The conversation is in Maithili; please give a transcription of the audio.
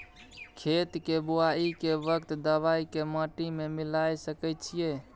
खेत के बुआई के वक्त दबाय के माटी में मिलाय सके छिये?